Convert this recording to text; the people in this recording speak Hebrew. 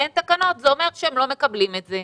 אין תקנות, זה אומר שהם לא מקבלים את זה.